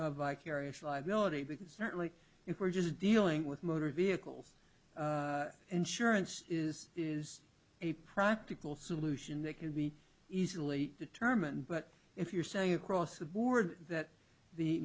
vicarious liability because certainly if we're just dealing with motor vehicles insurance is is a practical solution that can be easily determined but if you're saying across the board that the